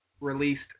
released